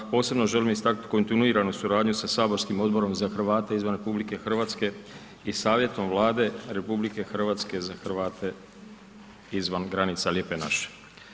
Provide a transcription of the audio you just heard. Posebno želim istaknuti kontinuiranu suradnju sa saborskim odborom za Hrvate izvan RH i savjetom Vlade RH za Hrvate izvan granica Lijepe naše.